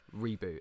reboot